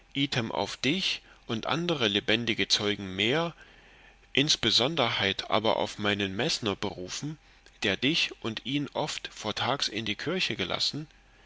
auf dich und andere lebendige zeugen mehr insonderheit aber auf meinen mesner berufen der dich und ihn oft vor tags in die kirche gelassen